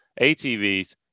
ATVs